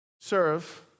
Serve